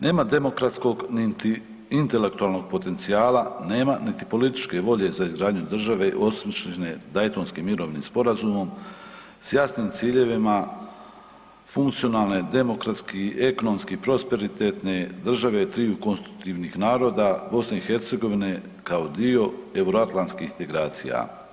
Nema demokratskog niti intelektualnog potencijala, nema niti političke volje za izgradnju države osmišljene Daytonskim mirovnim sporazumom, s jasnim ciljevima funkcionalne demokratski, ekonomski prosperitetne države triju konstitutivnih naroda BiH kao dio euroatlantskih integracija.